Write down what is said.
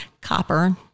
Copper